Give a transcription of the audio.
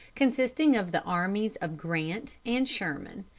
consisting of the armies of grant and sherman.